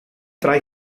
tra